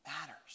matters